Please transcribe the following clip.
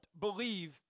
believe